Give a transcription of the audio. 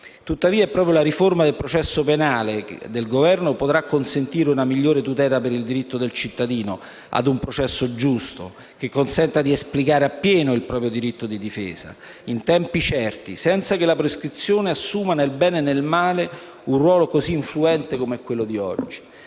Tuttavia, la riforma del processo penale in delega al Governo potrà consentire una migliore tutela per il diritto del cittadino ad un processo giusto, che consenta di esplicare appieno il proprio diritto di difesa, in tempi certi, senza che la prescrizione assuma, nel bene e nel male, un ruolo così influente come quello di oggi.